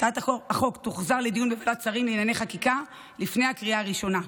הצעת החוק תוחזר לדיון בוועדת שרים לענייני חקיקה לפני הקריאה הראשונה.